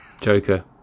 Joker